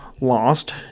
lost